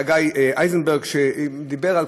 חגי אייזנברג, שדיבר על